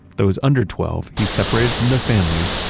those under twelve, he separated from their families,